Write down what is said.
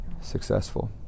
successful